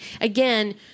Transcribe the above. again